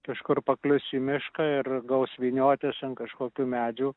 kažkur paklius į mišką ir gaus vyniotis ant kažkokių medžių